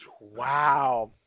Wow